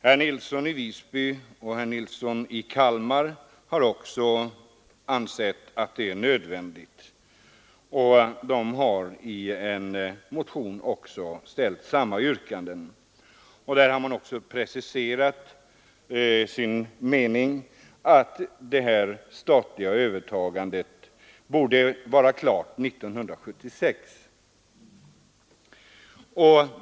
Herrar Nilsson i Visby och Nilsson i Kalmar har i en motion ställt samma yrkande. Man har också preciserat sin mening, att det statliga övertagandet bör vara klart 1976.